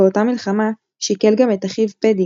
באותה מלחמה שכל גם את אחיו פדי,